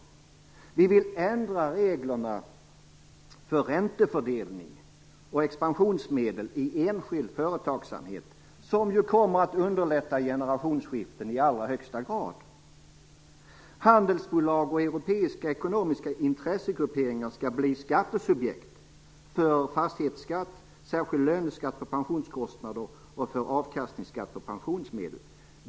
För det första vill vi ändra reglerna för räntefördelning och expansionsmedel i enskild företagsamhet, vilket ju i allra högsta grad kommer att underlätta generationsskiften. För det andra skall handelsbolag och europeiska ekonomiska intressegrupperingar bli skattesubjekt för fastighetsskatt, särskild löneskatt på pensionskostnader och för avkastningsskatt på pensionsmedel.